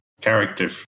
character